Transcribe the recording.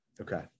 Okay